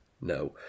no